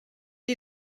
die